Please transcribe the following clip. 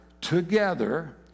together